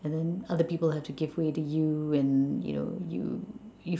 and then other people have to give way to you and you know you